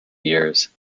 years